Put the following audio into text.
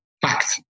facts